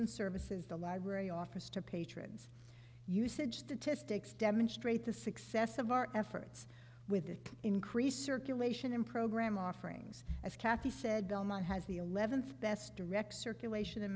and services the library offers to patrons usage to to sticks demonstrate the success of our efforts with the increased circulation in program offerings as kathy said elma has the eleventh best direct circulation in